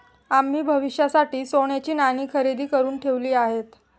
आम्ही भविष्यासाठी सोन्याची नाणी खरेदी करुन ठेवली आहेत